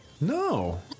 No